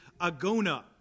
agona